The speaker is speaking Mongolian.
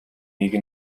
нэг